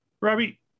Robbie